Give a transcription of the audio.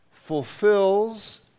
fulfills